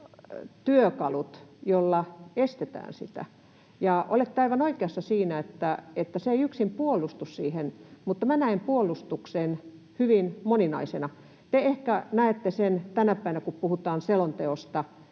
hybridityökalut, joilla estetään sitä. Olette aivan oikeassa siinä, että ei yksin puolustus, mutta minä näen puolustuksen hyvin moninaisena. Te ehkä näette sen, kun tänä päivänä puhutaan